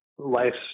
life's